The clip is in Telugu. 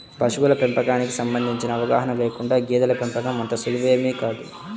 పశువుల పెంపకానికి సంబంధించిన అవగాహన లేకుండా గేదెల పెంపకం అంత సులువేమీ కాదు